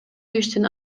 иштин